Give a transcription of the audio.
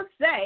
say